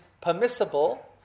permissible